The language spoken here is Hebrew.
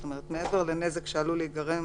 זאת אומרת, מעבר לנזק שעלול להיגרם